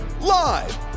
live